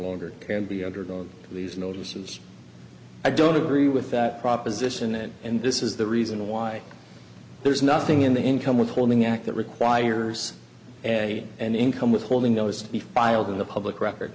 longer can be undergone these notices i don't agree with that proposition it and this is the reason why there is nothing in the income withholding act that requires a an income withholding notice to be filed in the public record